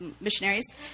missionaries